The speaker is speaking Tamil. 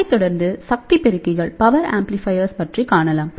அதைத் தொடர்ந்து சக்தி பெருக்கிகள் பற்றி காணலாம்